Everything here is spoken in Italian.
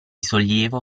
sollievo